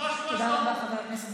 ממש ממש ברור.